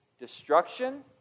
destruction